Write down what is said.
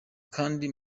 kandi